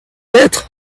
être